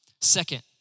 Second